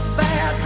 bad